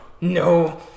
no